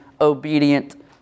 obedient